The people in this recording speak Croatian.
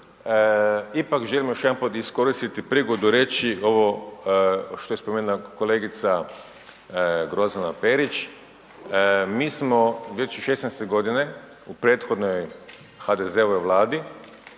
Ipak želim još jedanput iskoristiti prigodu reći ovo što je spomenula kolegica Grozdana Perić, mi smo već '16.-te godine u prethodnoj HDZ-ovoj Vladi